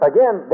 Again